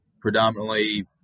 predominantly